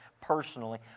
personally